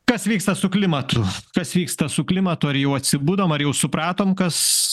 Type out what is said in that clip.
kas vyksta su klimatu kas vyksta su klimatu ar jau atsibudom ar jau supratom kas